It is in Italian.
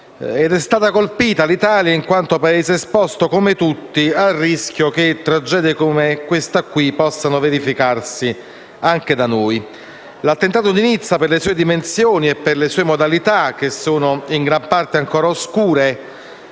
è stata colpita anche in quanto Paese esposto, come tutti, al rischio che tragedie come questa possano verificarsi anche da noi. L'attentato di Nizza, per le sue dimensioni e modalità, in gran parte ancora oscure,